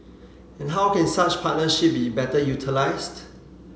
and how can such partnership be better utilised